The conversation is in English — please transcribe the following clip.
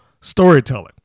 storytelling